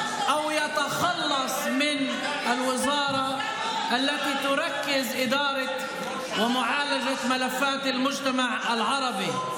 לבטל או להיפטר מהמשרד שמתרכזים בו הניהול והטיפול בתיקי החברה הערבית.